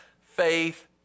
Faith